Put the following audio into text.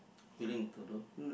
willing to do